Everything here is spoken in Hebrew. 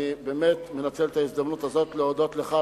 אני באמת מנצל את ההזדמנות הזאת להודות לך,